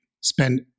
spend